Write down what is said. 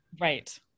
Right